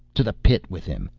to the pit with him